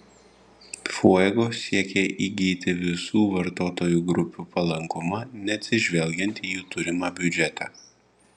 fuego siekė įgyti visų vartotojų grupių palankumą neatsižvelgiant į jų turimą biudžetą